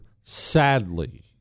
sadly